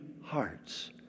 hearts